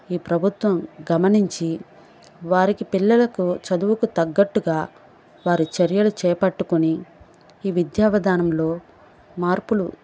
ఈ ప్రభుత్వం గమనించి వారికి పిల్లలకు చదువుకు తగ్గట్టుగా వారు చర్యలు చేపట్టుకొని ఈ విద్యా విధానంలో మార్పులు